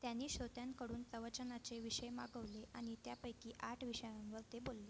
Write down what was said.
त्यांनी श्रोत्यांकडून प्रवचनाचे विषय मागवले आणि त्यापैकी आठ विषयांवर ते बोलले